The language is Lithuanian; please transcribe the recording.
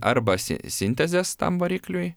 arba si sintezės tam varikliui